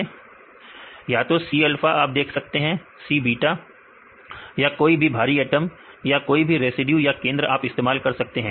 विद्यार्थी या तो C अल्फा या तो C अल्फा आप देख सकते हैं C बीटा विद्यार्थी या भारी एटम या कोई भी भारी एटम या किसी भी रेसिड्यू का केंद्र आप इस्तेमाल कर सकते हैं